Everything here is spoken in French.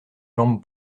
jambes